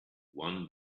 one